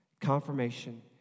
Confirmation